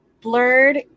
blurred